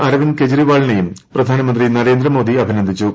അരവിന്ദ് കേജ്രിവാളിനെയും പ്രധാനമന്ത്രി നരേന്ദ്രമോദി അഭിനന്ദിച്ചു